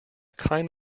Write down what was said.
kind